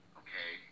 okay